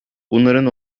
bunların